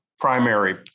primary